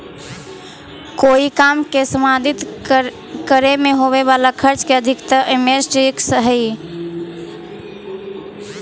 कोई काम के संपादित करे में होवे वाला खर्च के अधिकता भी इन्वेस्टमेंट रिस्क हई